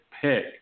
pick